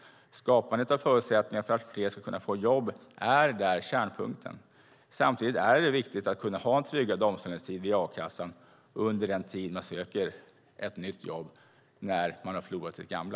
Skapandet av förutsättningar för att fler ska kunna få jobb är kärnpunkten där. Samtidigt är det viktigt att ha en tryggad omställningstid via a-kassan under den tid man söker ett nytt jobb när man har förlorat sitt gamla.